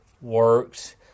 works